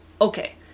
Okay